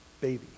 baby